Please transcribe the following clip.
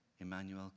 Emmanuel